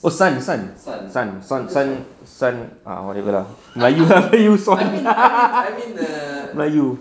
oh sun sun sun sun sun sun sun ah whatever lah melayu swan melayu